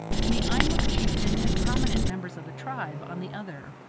and the eimuck chieftain and prominent members of the tribe on the other.